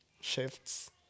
shifts